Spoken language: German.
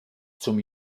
zum